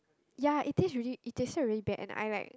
ya it tastes really it tasted really bad and I like